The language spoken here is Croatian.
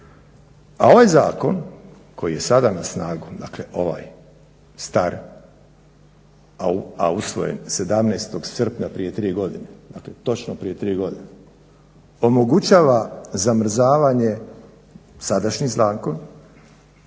A ovaj zakon koji je sada na snazi, dakle ovaj star, a usvojen 17. srpnja prije 3 godine, dakle točno prije 3 godine, omogućava zamrzavanje, sadašnji zakon